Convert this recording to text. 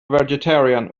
vegetarian